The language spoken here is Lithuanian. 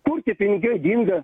kur tie pinigai dinga